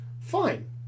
fine